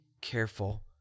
careful